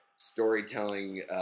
storytelling